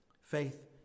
Faith